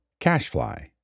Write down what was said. Cashfly